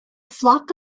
flock